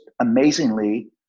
amazingly